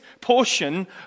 portion